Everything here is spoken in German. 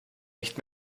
nicht